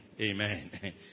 Amen